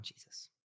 Jesus